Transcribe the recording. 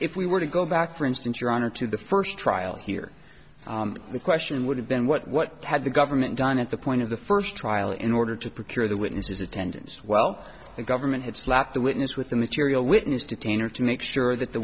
if we were to go back for instance your honor to the first trial here the question would have been what had the government done at the point of the first trial in order to procure the witnesses attendance well the government had slapped the witness with the material witness detainer to make sure that the